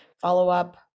follow-up